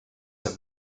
have